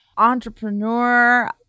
entrepreneur